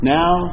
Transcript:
now